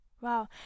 Wow